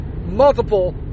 multiple